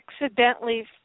accidentally